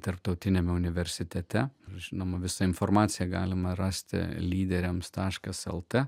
tarptautiniame universitete žinoma visą informaciją galima rasti lyderiams taškas lt